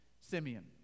Simeon